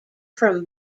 from